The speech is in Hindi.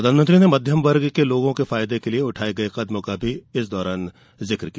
प्रधानमंत्री ने मध्यम वर्ग के लोगों के फायदे के लिए उठाए गये कदमों का भी जिक्र किया